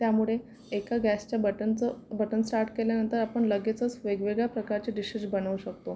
त्यामुळे एका गॅसच्या बटनचं बटन स्टार्ट केल्यानंतर आपण लगेचच वेगवेगळ्या प्रकारचे डिशेस बनवू शकतो